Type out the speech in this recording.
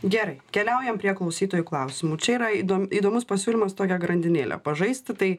gerai keliaujam prie klausytojų klausimų čia yra įdom įdomus pasiūlymas tokią grandinėlę pažaisti tai